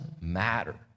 matter